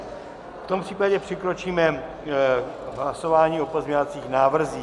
V tom případě přikročíme k hlasování o pozměňovacích návrzích.